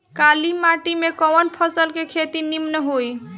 काली माटी में कवन फसल के खेती नीमन होई?